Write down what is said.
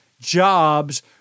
jobs